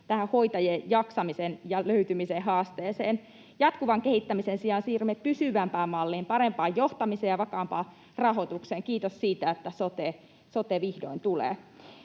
hoitajien jaksamisen ja löytymisen haasteeseen. Jatkuvan kehittämisen sijaan siirrymme pysyvämpään malliin, parempaan johtamiseen ja vakaampaan rahoitukseen. Kiitos siitä, että sote vihdoin tulee.